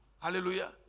Hallelujah